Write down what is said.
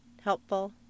helpful